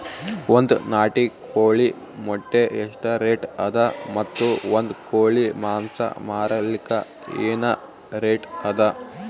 ಒಂದ್ ನಾಟಿ ಕೋಳಿ ಮೊಟ್ಟೆ ಎಷ್ಟ ರೇಟ್ ಅದ ಮತ್ತು ಒಂದ್ ಕೋಳಿ ಮಾಂಸ ಮಾರಲಿಕ ಏನ ರೇಟ್ ಅದ?